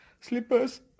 slippers